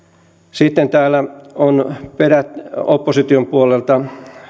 sitten täällä on opposition puolelta